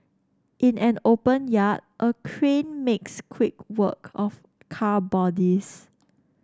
in an open yard a crane makes quick work of car bodies